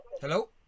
Hello